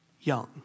young